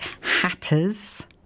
HATTERS